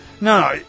No